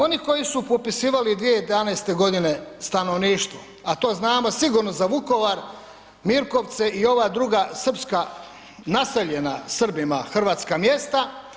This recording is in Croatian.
Oni koji su popisivali 2011. g. stanovništvo, a to znamo sigurno za Vukovar, Mirkovce i ova druga srpska naseljena Srbima hrvatska mjesta.